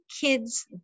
kids